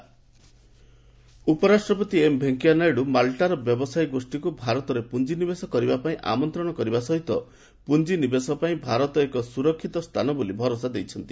VP Malta ଉପରାଷ୍ଟ୍ରପତି ଭେଙ୍କୟା ନାଇଡୁ ମାଲ୍ଟାର ବ୍ୟବସାୟୀ ଗୋଷ୍ଠୀକୁ ଭାରତରେ ପୁଞ୍ଜିନିବେଶ କରିବା ପାଇଁ ଆମନ୍ତ୍ରଣ କରିବା ସହିତ ପୁଞ୍ଜି ନିବେଶ ପାଇଁ ଭାରତ ଏକ ସୁରକ୍ଷିତ ସ୍ଥାନ ବୋଲି ଭରସା ଦେଇଛନ୍ତି